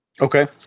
Okay